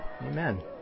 Amen